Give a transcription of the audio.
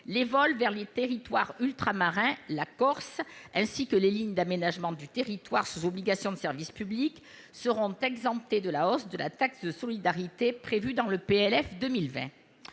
les vols vers les territoires ultramarins et la Corse, ainsi que les lignes d'aménagement du territoire sous obligation de service public, seront exemptés de la hausse de la taxe de solidarité prévue dans le projet